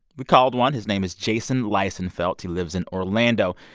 we called one. his name is jason liesenfelt. he lives in orlando.